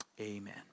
Amen